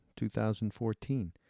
2014